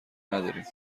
نداریم